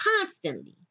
Constantly